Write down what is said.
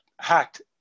hacked